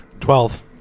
Twelve